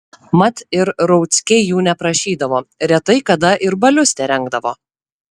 mat ir rauckiai jų neprašydavo retai kada ir balius terengdavo